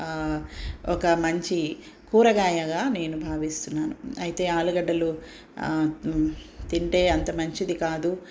ఒక మంచి కూరగాయగా నేను భావిస్తున్నాను అయితే ఆలుగడ్డలు తింటే అంత మంచిది కాదు